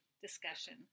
discussion